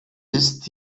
ist